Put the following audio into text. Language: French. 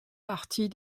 partie